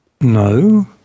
No